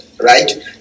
Right